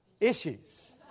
issues